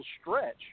stretch